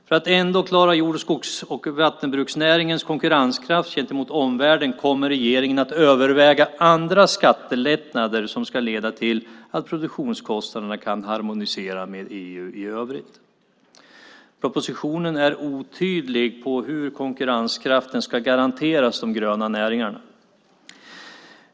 För att ändå klara jord-, skogs och vattenbruksnäringarnas konkurrenskraft gentemot omvärlden kommer regeringen att överväga andra skattelättnader som ska leda till att produktionskostnaderna kan harmoniseras med EU i övrigt. Propositionen är otydlig med hur konkurrenskraften ska garanteras de gröna näringarna.